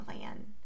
land